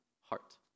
heart